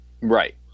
Right